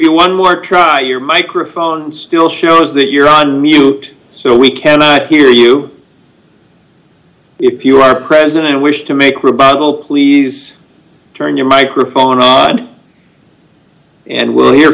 you one more try your microphone still shows that you're on mute so we cannot hear you if you are president and wish to make rebuttal please turn your microphone off and we'll hear